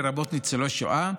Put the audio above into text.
לרבות ניצולי שואה,